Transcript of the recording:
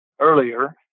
earlier